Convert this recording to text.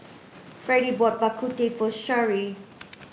Freddie bought Bak Kut Teh for Sherree